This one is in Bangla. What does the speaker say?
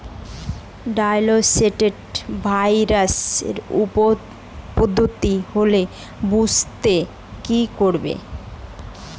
ডাল শস্যতে ভাইরাসের উপদ্রব হলে বুঝবো কি করে?